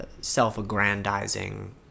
self-aggrandizing